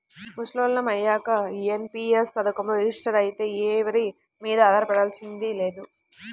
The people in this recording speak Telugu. ముసలోళ్ళం అయ్యాక ఎన్.పి.యస్ పథకంలో రిజిస్టర్ అయితే ఎవరి మీదా ఆధారపడాల్సింది లేదు